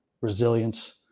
resilience